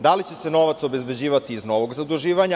Da li će se novac obezbeđivati iz novog zaduživanja?